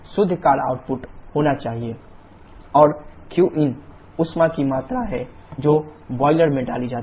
शुद्ध कार्य आउटपुट होना चाहिए WnetWT WP और qin उष्मा की मात्रा है जो बॉयलर में डाली जाती है